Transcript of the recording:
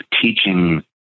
teaching